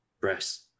breast